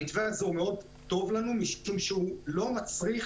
המתווה הזה טוב לנו מאוד משום שהוא לא מצריך